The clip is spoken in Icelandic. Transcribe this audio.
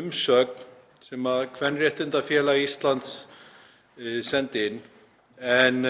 umsögn sem Kvenréttindafélag Íslands sendi inn en